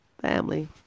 family